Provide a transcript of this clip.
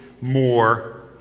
more